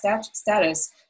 status